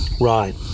Right